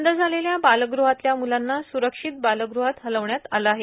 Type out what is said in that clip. बंद झालेल्या बालगृहातल्या म्लांना स्रक्षित बालगृहात हलवण्यात आलं आहे